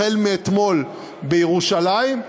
החל מאתמול בירושלים,